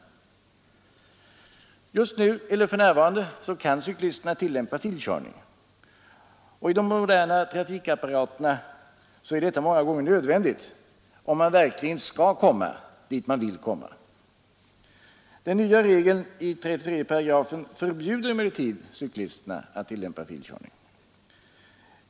För närvarande kan cyklisterna tillämpa filkörning, och i de moderna trafikapparaterna är detta många gånger nödvändigt, om man verkligen skall komma dit man vill komma. Den nya regeln i 33 § förbjuder emellertid cyklisterna att tillämpa filkörning.